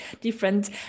different